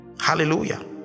hallelujah